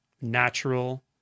natural